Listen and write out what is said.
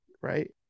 right